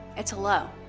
it's a hello.